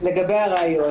לגבי הראיות.